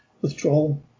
withdrawal